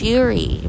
Fury